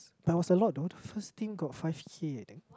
there was a lot though the first team got five-K I think